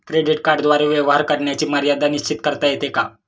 Credit कार्डद्वारे व्यवहार करण्याची मर्यादा निश्चित करता येते का?